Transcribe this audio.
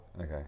Okay